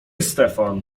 stefan